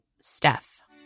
Steph